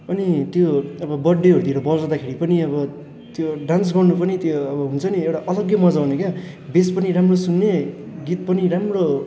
अनि त्यो अब बर्थडेहरूतिर बजाउँदाखेरि पनि अब त्यो डान्स गर्नु पनि त्यो अब हुन्छ नि एउटा अलग्गै मजा आउने क्या बेस पनि राम्रो सुन्ने गीत पनि राम्रो